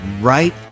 right